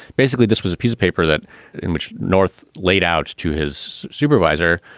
basically, this was a piece of paper that in which north laid out to his supervisor,